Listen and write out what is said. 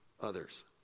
others